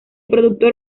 productor